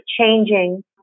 changing